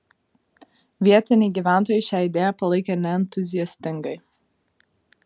vietiniai gyventojai šią idėją palaikė neentuziastingai